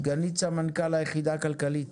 סגנית סמנכ"ל היחידה הכלכלית,